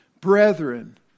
brethren